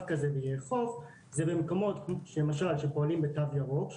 כזה ויאכוף זה במקומות שלמשל פועלים בתו ירוק,